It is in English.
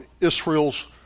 Israel's